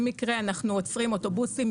במקרה אנחנו עוצרים אוטובוסים,